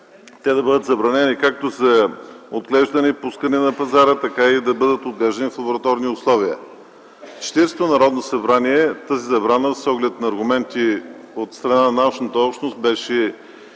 да бъдат забранени както за отглеждане и пускане на пазара, така и да бъдат отглеждани в лабораторни условия. В Четиридесетото Народно събрание тази забрана, с оглед на аргументи от страна на научната общност, беше